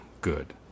good